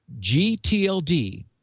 GTLD